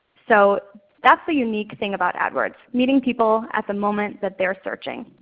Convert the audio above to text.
so that's the unique thing about adwords meeting people at the moment that they are searching.